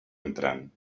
entrant